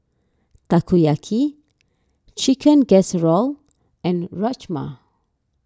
Takoyaki Chicken Casserole and Rajma